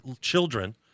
children